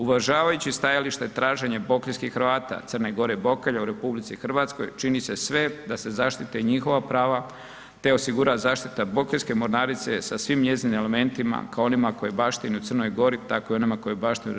Uvažavajući stajalište i traženje pokrajinskih Hrvata Crne Gore i Boke u RH čini se sve da se zaštite njihova prava, te osigura zaštita bokeljske mornarice sa svim njezinim elementima, kao onima koje baštine u Crnoj Gore, tako i onima koje baštine u RH.